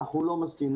אנחנו לא מסכימים,